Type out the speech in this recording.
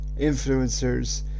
influencers